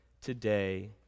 today